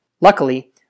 Luckily